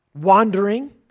wandering